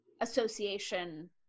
association